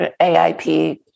AIP